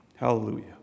Hallelujah